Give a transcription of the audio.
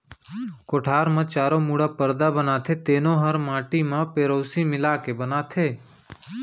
कोठार म चारों मुड़ा परदा बनाथे तेनो हर माटी म पेरौसी मिला के बनाथें